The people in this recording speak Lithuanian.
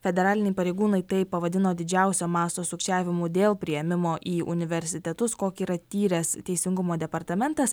federaliniai pareigūnai tai pavadino didžiausio masto sukčiavimu dėl priėmimo į universitetus kokį yra tyręs teisingumo departamentas